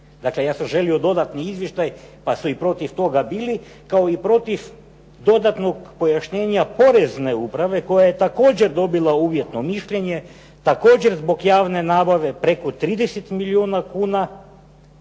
Dakle, ja sam želio dodatni izvještaj pa su i protiv toga bili, kao i protiv dodatnog pojašnjenja porezne uprave koja je također dobila uvjetno mišljenje također zbog javne nabave preko 30 milijuna kuna,